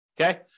Okay